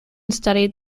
study